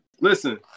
Listen